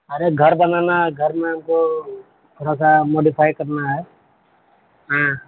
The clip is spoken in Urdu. ارے گھر بنانا ہے گھر میں ہم کو تھوڑا سا موڈیفائی کرنا ہے ہاں